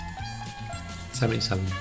77